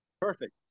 perfect